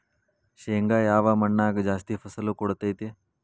ಶೇಂಗಾ ಯಾವ ಮಣ್ಣಾಗ ಜಾಸ್ತಿ ಫಸಲು ಕೊಡುತೈತಿ?